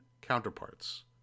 counterparts